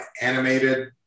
animated